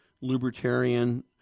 libertarian